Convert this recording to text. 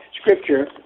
scripture